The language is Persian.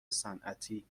صنعتی